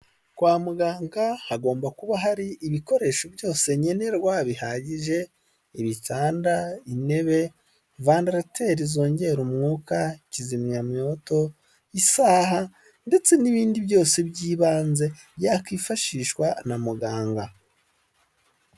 Kwa muganga hagomba kuba hari ibikoresho byose nkenerwa, bihagije ibitanda, intebe vandarateri zongera umwuka kizimyamyamyoto, isaha ndetse n'ibindi byose by'ibanze byakwifashishwa na muganga.